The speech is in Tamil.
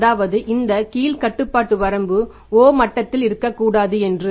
அதாவது இந்த கீழ் கட்டுப்பாட்டு வரம்பு o மட்டத்தில் இருக்கக்கூடாது என்று